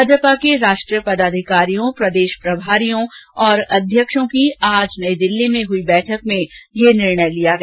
भाजपा के राष्ट्रीय पदाधिकारियों प्रदेश प्रभारियों और ेअध्यक्षों की आज नई दिल्ली में हुई बैठक में यह निर्णय लिया गया